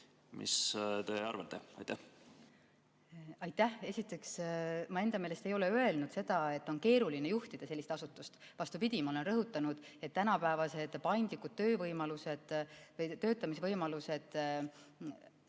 Mis te arvate? Aitäh! Esiteks, ma enda meelest ei ole öelnud seda, et on keeruline juhtida sellist asutust. Vastupidi, ma olen rõhutanud, et tänapäevased paindlikud töövõimalused või töötamise võimalused